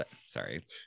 Sorry